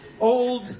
old